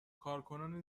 کارکنان